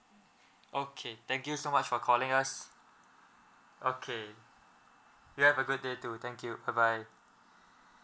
okay thank you so much for calling us okay you have a good day to thank you bye bye